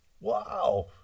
Wow